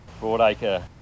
broadacre